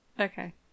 Okay